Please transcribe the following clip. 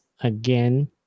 again